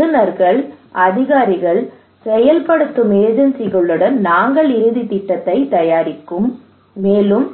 வல்லுநர்கள் அதிகாரிகள் செயல்படுத்தும் ஏஜென்சிகளுடன் நாங்கள் இறுதித் திட்டத்தை தயாரிக்கும் மேலும்